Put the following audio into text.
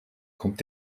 kommt